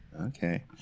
Okay